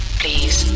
please